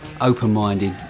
open-minded